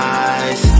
eyes